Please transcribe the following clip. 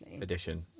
edition